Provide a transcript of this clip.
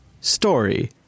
story